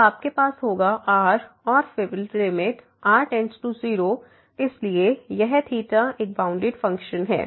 तो आपके पास होगा r और फिर लिमिट r→0 इसलिए यह एक बाउंडेड फंक्शन है